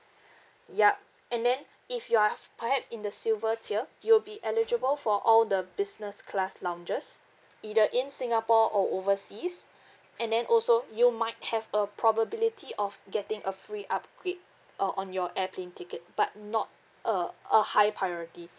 yup and then if you are f~ perhaps in the silver tier you'll be eligible for all the business class lounges either in singapore or overseas and then also you might have a probability of getting a free upgrade uh on your airplane ticket but not uh a high priority